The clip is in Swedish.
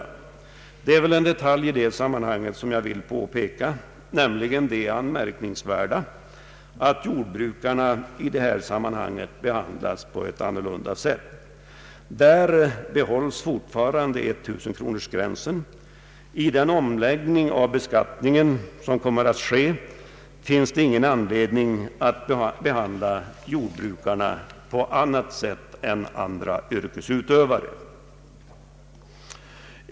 Jag vill betona en detalj i det sammanhanget, nämligen det anmärkningsvärda faktum att jordbrukarna behandlas annorlunda än andra yrkesgrupper. För dem behålles 1 000-kronorsgränsen. I den omläggning av beskattningen som kommer att ske finns ingen anledning att behandla jordbrukarna på annat sätt än andra yrkesutövare.